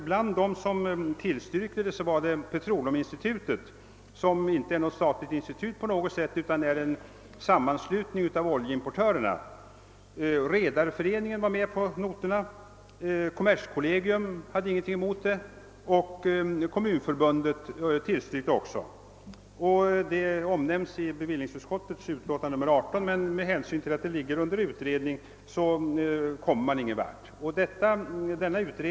Bland de tillstyrkande organen befann sig Petroleuminstitutet, som inte är något statligt institut utan en sammanslutning av oljeimportörer. Redareföreningen tillstyrkte också liksom kommunförbundet. Inte heller kommerskollegium hade några erinringar mot förslaget. Förslaget redovisades i bevill ningsutskottets utlåtande nr 18 detta år. Med hänsyn till att frågan låg under utredning kom man emellertid ingen vart med det förslaget.